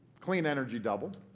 clean energy doubled